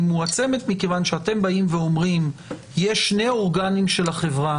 היא מועצמת מכיוון שאתם אומרים שיש שני אורגנים של החברה